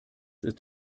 ist